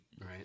Right